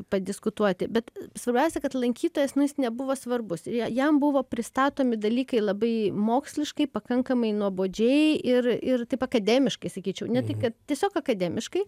padiskutuoti bet svarbiausia kad lankytojas nu jis nebuvo svarbus jam buvo pristatomi dalykai labai moksliškai pakankamai nuobodžiai ir ir taip akademiškai sakyčiau ne tai kad tiesiog akademiškai